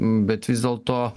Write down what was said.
bet vis dėlto